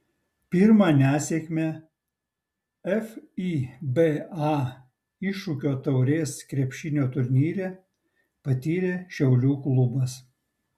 pirmą nesėkmę fiba iššūkio taurės krepšinio turnyre patyrė šiaulių klubas